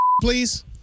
please